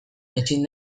ezin